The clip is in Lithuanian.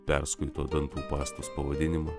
perskaito dantų pastos pavadinimą